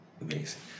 Amazing